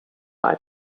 are